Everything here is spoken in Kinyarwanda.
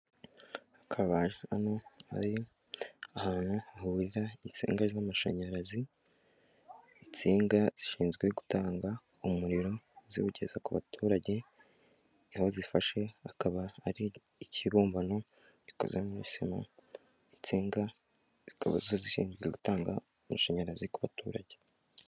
Hakaba hano hari ahantu hahurira insinga z'amashanyarazi, insinga zishinzwe gutanga umuriro ziwugeza ku baturage, aho zifashe akaba ari ikibumbano gikoze zimu murisima, insinga zikaba zo zishinzwe gutanga amashanyarazi ku baturage.